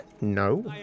No